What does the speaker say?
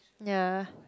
ya